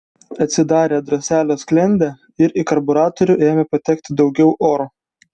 atsidarė droselio sklendė ir į karbiuratorių ėmė patekti daugiau oro